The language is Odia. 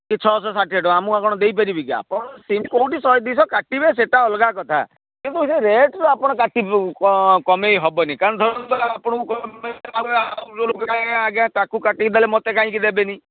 କି ଛଅଶହ ଷାଠିଏ ଟଙ୍କା ମୁଁ ଆଉ କ'ଣ ଦେଇପାରିବିକି ଆପଣ ସେମିତି କେଉଁଠି ଶହେ ଦୁଇଶହ କାଟିବେ ସେଇଟା ଅଲଗା କଥା କିନ୍ତୁ ସେ ରେଟ୍ରୁ ଆପଣ କାଟି କମାଇ ହେବନି କାରଣ ଧରନ୍ତୁ ଆପଣଙ୍କୁ ଆଜ୍ଞା ତାକୁ କାଟିକି ଦେଲେ ମୋତେ କାହିଁକି ଦେବେନି